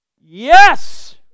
Yes